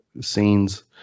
scenes